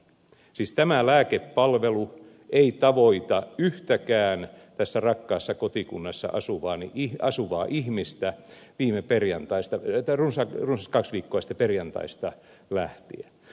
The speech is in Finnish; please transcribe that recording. siis tämä lääkepalvelu ei ole tavoittanut yhtäkään tässä rakkaassa kotikunnassani asuvaa ihmistä runsan kahden viikon takaisesta perjantaista lähtien